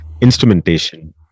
instrumentation